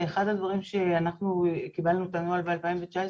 אחד הדברים שאנחנו קיבלנו את הנוהל בשנת 2019,